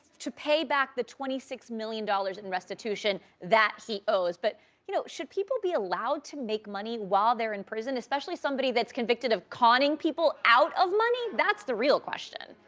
to pay back the twenty six million dollars in restitution that he owes, but you know, should people be allowed to make money while they're in prison? especially somebody that's convicted of conning people out of money, that's the real question.